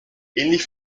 ähnlich